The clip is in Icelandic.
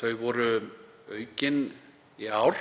Þau voru aukin í ár